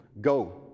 go